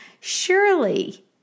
surely